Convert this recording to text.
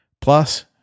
Plus